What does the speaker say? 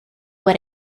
what